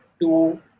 two